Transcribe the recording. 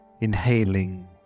inhaling